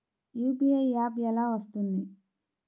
UPI app ఎలా వస్తుంది?